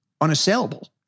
unassailable